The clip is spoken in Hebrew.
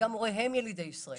וגם הוריהם הם ילידי ישראל.